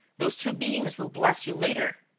those two beings will bless you later.